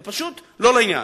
זה פשוט לא לעניין.